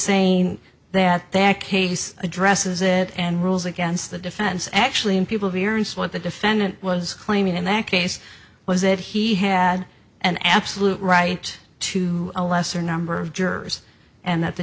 saying that their case addresses it and rules against the defense actually in people variance what the defendant was claiming in that case was that he had an absolute right to a lesser number of jurors and that the